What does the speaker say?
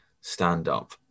stand-up